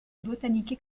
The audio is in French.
botanique